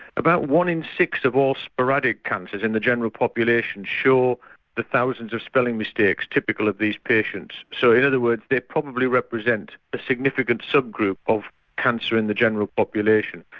about one in six of all sporadic cancers in the general population show the thousands of spelling mistakes typical of these patients. so in other words they probably represent a significant subgroup of cancer in the general population.